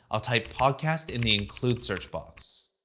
i'll type podcast, in the include search box.